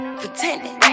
pretending